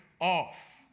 off